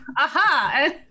aha